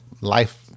life